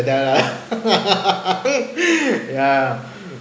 that ya yeah